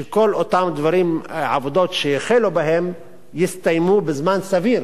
שכל אותן עבודות שהחלו בהן יסתיימו בזמן סביר